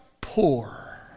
poor